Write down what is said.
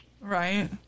Right